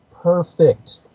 perfect